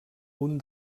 uns